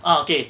ah okay